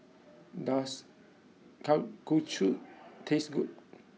does Kalguksu taste good